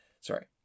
Sorry